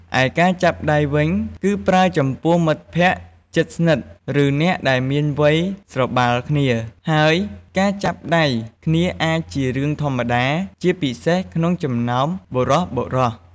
ឯការចាប់ដៃវិញ គឺប្រើចំពោះមិត្តភក្តិជិតស្និទ្ធ ឬអ្នកដែលមានវ័យស្របាលគ្នា ហើយការចាប់ដៃគ្នាអាចជារឿងធម្មតា ជាពិសេសក្នុងចំណោមបុរសៗ។